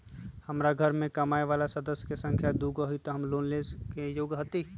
हमार घर मैं कमाए वाला सदस्य की संख्या दुगो हाई त हम लोन लेने में योग्य हती?